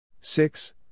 Six